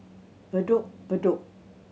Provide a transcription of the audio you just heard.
Bedok Bedok